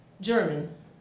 German